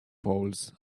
poles